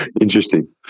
Interesting